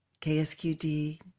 ksqd